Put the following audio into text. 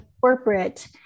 corporate